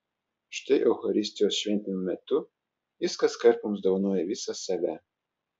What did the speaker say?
štai eucharistijos šventimo metu jis kaskart mums dovanoja visą save